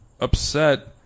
upset